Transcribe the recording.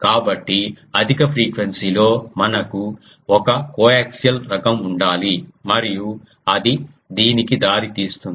కాబట్టి అధిక ఫ్రీక్వెన్సీ లో మనకు ఒక కోయాక్సియల్ రకం ఉండాలి మరియు అది దీనికి దారితీస్తుంది